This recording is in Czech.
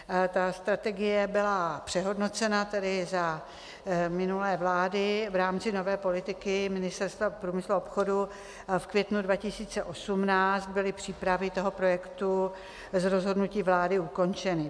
Ta strategie byla přehodnocena za minulé vlády v rámci nové politiky Ministerstva průmyslu a obchodu, v květnu 2018 byly přípravy tohoto projektu z rozhodnutí vlády ukončeny.